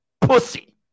pussy